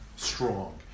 strong